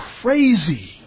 crazy